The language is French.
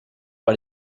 par